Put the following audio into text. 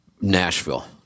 Nashville